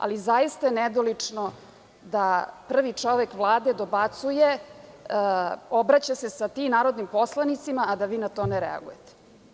Ali, zaista je nedolično da prvi čovek Vlade dobacuje, obraća se s „ti“ narodnim poslanicima, a da vi na to ne reagujete.